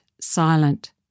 silent